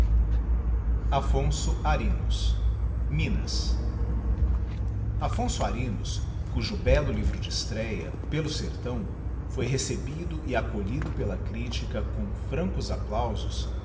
zedby google minas affonso arinos cujo bello livro de estréa pelo sertão foi recebido e acolhido pela critica com francos applausos